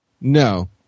no